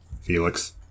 Felix